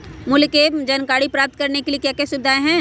मूल्य के जानकारी प्राप्त करने के लिए क्या क्या सुविधाएं है?